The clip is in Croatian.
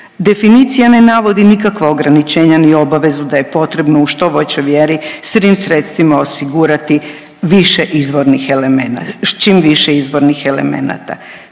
Definicija ne navodi nikakva ograničenja ni obavezu da je potrebno u što većoj vjeri svim sredstvima osigurati više izvornih elemenata,